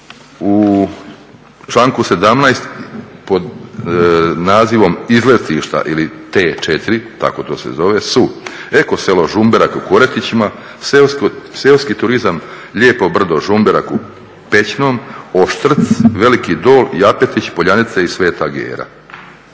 u članku 17. pod nazivom izletišta ili t4 tako to se zove su: Eko selo Žumberak u Koretićima, Seoski turizam "Lijepo brdo Žumberak" u Pećnom, Oštrc, Veliki Dol, Japetić, Poljanice i Sveta Gera.